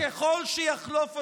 שככל שיחלוף הזמן,